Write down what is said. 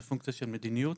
זה פונקציה של מדיניות,